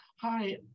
Hi